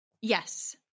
Yes